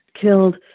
killed